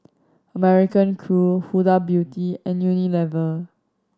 American Crew Huda Beauty and Unilever